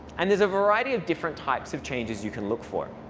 and there's a variety of different types of changes you can look for.